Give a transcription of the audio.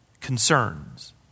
concerns